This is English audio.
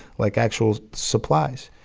like actual supplies.